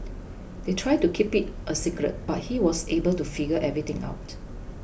they tried to keep it a secret but he was able to figure everything out